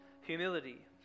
humility